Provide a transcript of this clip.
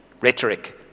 rhetoric